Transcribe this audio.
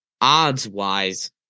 odds-wise